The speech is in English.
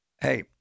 Hey